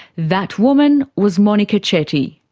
that woman was monika chetty.